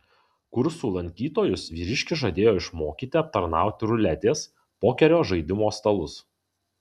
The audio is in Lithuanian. kursų lankytojus vyriškis žadėjo išmokyti aptarnauti ruletės pokerio žaidimo stalus